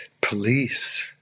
police